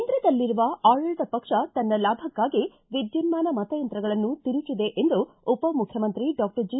ಕೇಂದ್ರದಲ್ಲಿರುವ ಆಡಳಿತ ಪಕ್ಷ ತನ್ನ ಲಾಭಕ್ಕಾಗಿ ವಿದ್ದುನ್ನಾನ ಮತಯಂತ್ರಗಳನ್ನು ತಿರುಚಿದೆ ಎಂದು ಉಪಮುಖ್ಯಮಂತ್ರಿ ಡಾಕ್ಟರ್ ಜಿ